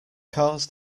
caused